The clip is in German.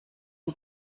wie